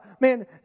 man